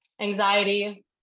Anxiety